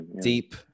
deep